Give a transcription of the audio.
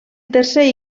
tercer